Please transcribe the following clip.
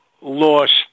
lost